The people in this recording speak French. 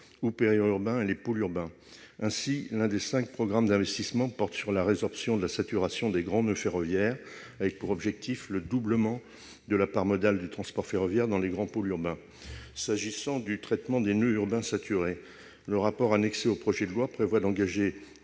ou périurbains et les pôles urbains. Ainsi, l'un des cinq programmes d'investissement porte sur la « résorption de la saturation des grands noeuds ferroviaires », avec pour objectif le doublement de la part modale du transport ferroviaire dans les grands pôles urbains. Pour ce qui concerne le traitement des noeuds urbains saturés, le rapport annexé au projet de loi prévoit d'engager